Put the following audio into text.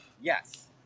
Yes